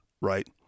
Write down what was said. right